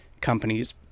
companies